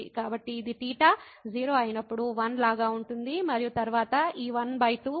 కాబట్టి ఇది θ 0 అయినప్పుడు 1 లాగా ఉంటుంది మరియు తరువాత ఈ 12 మరియు sin2θ 1 అవుతుంది